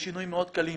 בשינויים מאוד קלים,